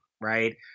right